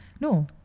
No